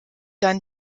dann